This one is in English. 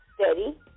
steady